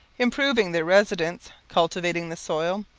improving their residence, cultivating the soil,